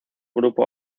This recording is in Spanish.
grupo